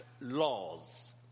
laws